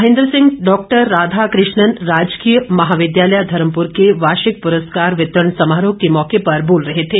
Mahendra Singh doctor Radha Krishnan राजकीय महाविद्यालय धर्मपुर के वार्षिक पुरस्कार वितरण समारोह के मौके पर बोल रहे थे